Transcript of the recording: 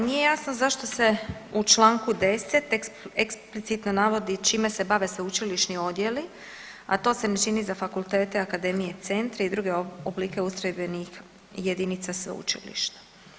Nije jasno zašto se u članku 10. eksplicitno navodi čime se bave sveučilišni odjeli, a to se ne čini za fakultete, akademije, centre i druge oblike ustrojbenih jedinica sveučilišta.